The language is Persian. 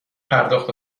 پرداخت